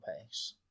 pace